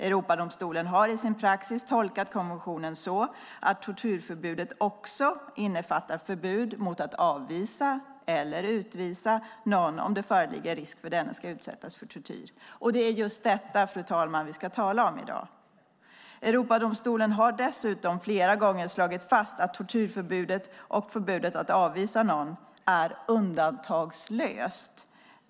Europadomstolen har i sin praxis tolkat konventionen så att tortyrförbudet också innefattar förbud mot att avvisa eller utvisa någon om det föreligger risk för att denne ska utsättas för tortyr. Det är just detta, fru talman, som vi ska tala om i dag. Europadomstolen har dessutom flera gånger slagit fast att tortyrförbudet och förbudet att avvisa någon är undantagslöst.